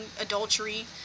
adultery